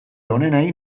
onenei